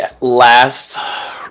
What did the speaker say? last